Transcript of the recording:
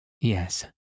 Yes